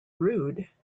rude